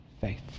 Faith